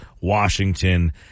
Washington